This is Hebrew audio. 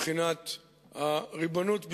מבחינת הריבונות בירושלים,